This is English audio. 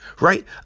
Right